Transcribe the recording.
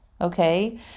okay